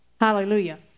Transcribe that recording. Hallelujah